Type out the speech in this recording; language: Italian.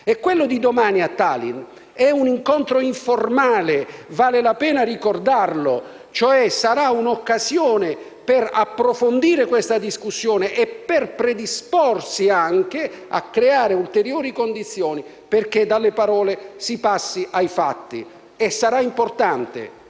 e quello di domani, a Tallin, è un incontro informale (vale la pena ricordarlo), cioè sarà un'occasione per approfondire questa discussione e per predisporsi anche a creare ulteriori condizioni perché dalle parole si passi ai fatti. Sarà importante,